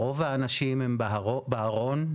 רוב האנשים המשתתפים בה הם בארון,